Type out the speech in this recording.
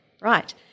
Right